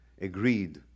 agreed